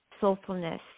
soulfulness